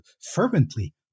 fervently